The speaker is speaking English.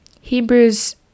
Hebrews